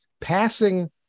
passing